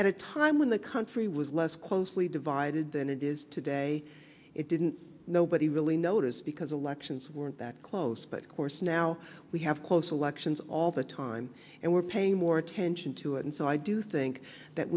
at a time when the country was less closely divided than it is today it didn't nobody really noticed because elections weren't that close but of course now we have close elections all the time and we're paying more attention to it and so i do think that